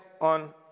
on